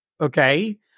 Okay